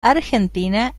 argentina